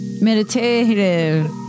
Meditative